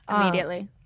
immediately